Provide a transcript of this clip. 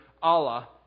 Allah